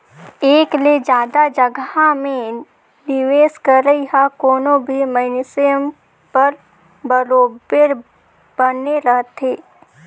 एक ले जादा जगहा में निवेस करई ह कोनो भी मइनसे बर बरोबेर बने रहथे